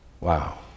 Wow